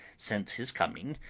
since his coming,